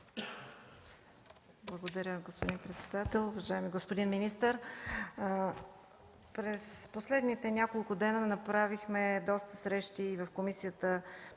Благодаря Ви, господин председател. Уважаеми господин министър, през последните няколко дни направихме доста срещи в Комисията